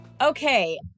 Okay